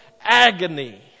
agony